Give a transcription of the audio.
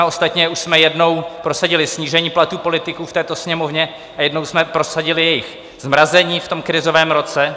Ostatně už jsme jednou prosadili snížení platů politiků v této Sněmovně a jednou jsme prosadili jejich zmrazení v tom krizovém roce.